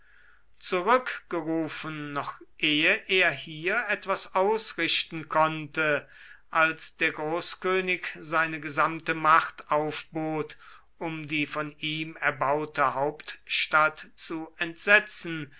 zurückgerufen noch ehe er hier etwas ausrichten konnte als der großkönig seine gesamte macht aufbot um die von ihm erbaute hauptstadt zu entsetzen